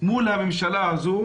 מול הממשלה הזאת